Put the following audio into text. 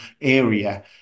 area